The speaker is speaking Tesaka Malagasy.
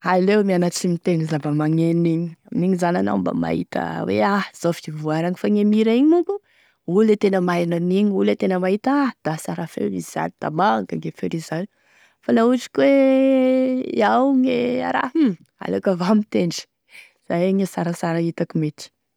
Aleo mianatry mitendry zava-magneno igny, amin'igny zany anao mba mahita hoe ah zao e fivoarany fa gne mihira igny manko, olo e tena maheno an'igny, olo e tena mahita ah da sara feo izy zany, da manga gne feon'izy zany, fa la ohatry ka hoe iaho e a raha hum aleoko avo mitendry, zay e sarasara hitako mety.